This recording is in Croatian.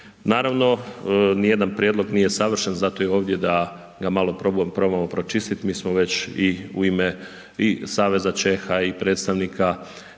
Naravno ni jedan prijedlog nije savršen zato je i ovdje da ga malo probamo pročistiti, mi smo već u ime i saveza Čeha i predstavnika